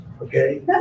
Okay